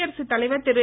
குடியரசுத் தலைவர் திரு